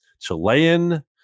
Chilean